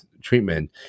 treatment